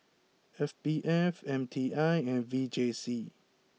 S B F M T I and V J C